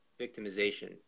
victimization